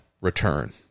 return